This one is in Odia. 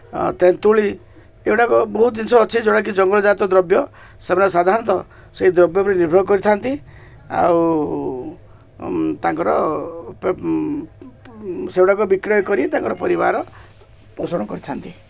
ତେନ୍ତୁଳି ଏଗୁଡ଼ାକ ବହୁତ ଜିନିଷ ଅଛି ଯେଉଁଟାକି ଜଙ୍ଗଲଜାତ ଦ୍ରବ୍ୟ ସେମାନେ ସାଧାରଣତଃ ସେହି ଦ୍ରବ୍ୟ ଉପରେ ନିର୍ଭର କରିଥାନ୍ତି ଆଉ ତାଙ୍କର ସେଗୁଡ଼ାକ ବିକ୍ରୟ କରି ତାଙ୍କର ପରିବାର ପୋଷଣ କରିଥାନ୍ତି